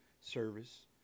service